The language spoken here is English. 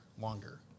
longer